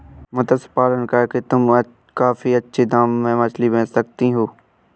मत्स्य पालन करके तुम काफी अच्छे दाम में मछली बेच सकती हो